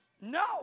no